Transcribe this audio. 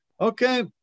okay